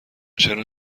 چرا